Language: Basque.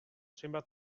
zenbait